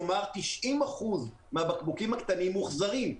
כלומר 90% מהבקבוקים הקטנים מוחזרים.